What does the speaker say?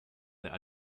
their